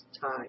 time